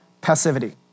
passivity